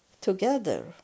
together